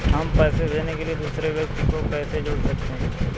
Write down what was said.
हम पैसे भेजने के लिए दूसरे व्यक्ति को कैसे जोड़ सकते हैं?